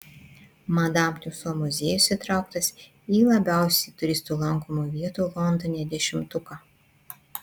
madam tiuso muziejus įtrauktas į labiausiai turistų lankomų vietų londone dešimtuką